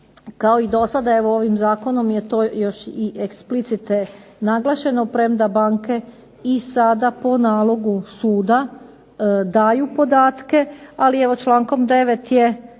kao i dosada evo ovim zakonom je to još i explicite naglašeno premda banke i sada po nalogu suda daju podatke, ali evo člankom 9. je